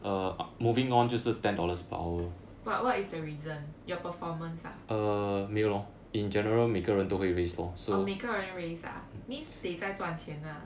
but what is the reason your performance ah orh 每个人 raise ah means they 在赚钱啦